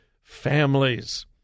families